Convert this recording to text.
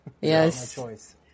Yes